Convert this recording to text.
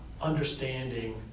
understanding